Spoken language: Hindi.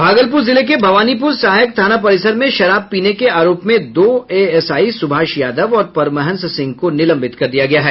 भागलपुर जिले के भवानीपुर सहायक थाना परिसर में शराब पीने के आरोप में दो एएसआई सुभाष यादव और परमहंस सिंह को निलंबित कर दिया गया है